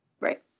Right